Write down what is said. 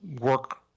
work